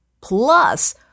Plus